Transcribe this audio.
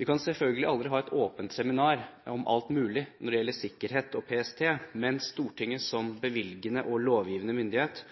Vi kan selvfølgelig aldri ha et åpent seminar om alt mulig når det gjelder sikkerhet og PST. Men Stortinget som bevilgende og lovgivende myndighet